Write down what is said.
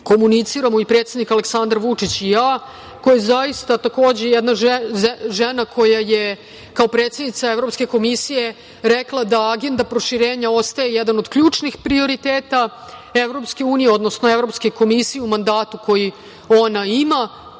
komuniciramo i predsednik Aleksandar Vučić i ja, koja je zaista, takođe, jedna žena koja je kao predsednica Evropske komisije rekla da Agenda proširenja ostaje jedan od ključnih prioriteta EU, odnosno Evropske komisije u mandatu koji ona ima.